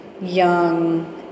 young